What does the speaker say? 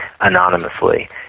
anonymously